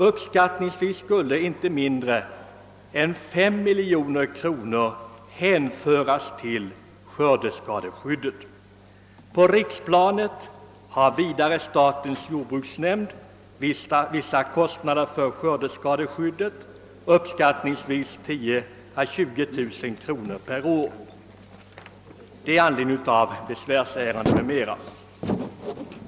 Uppskattningsvis skulle inte mindre än 5 miljoner kronor hänföras till skördeskadeskyddet. På riksplanet har statens jordbruksnämnd vissa kostnader för skördeskadeskyddet i anledning av besvärsärenden m.m. på 10 000—20 000 kronor.